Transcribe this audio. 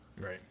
Right